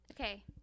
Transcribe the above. Okay